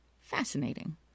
Fascinating